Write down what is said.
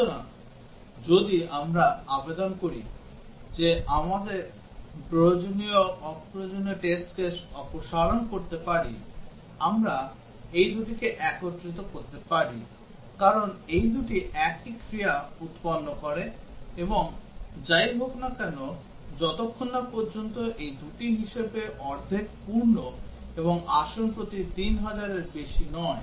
সুতরাং যদি আমরা আবেদন করি যে আমরা অপ্রয়োজনীয় টেস্ট কেস অপসারণ করতে পারি আমরা এই দুটিকে একত্রিত করতে পারি কারণ এই দুটি একই ক্রিয়া উৎপন্ন করে এবং যাই হোক না কেন যতক্ষণ না পর্যন্ত এই দুটি হিসাবে অর্ধেক পূর্ণ এবং আসন প্রতি 3000 এর বেশি নয়